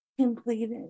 completed